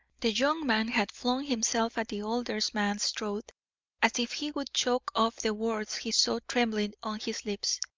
the young man had flung himself at the older man's throat as if he would choke off the words he saw trembling on his lips.